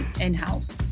in-house